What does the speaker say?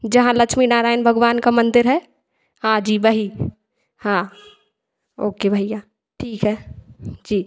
जहाँ लक्ष्मी नारायण भगवान का मंदिर है हाँ जी वही हाँ ओके भैया ठीक है जी